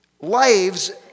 lives